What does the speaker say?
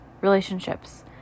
relationships